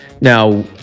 now